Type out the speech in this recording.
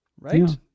right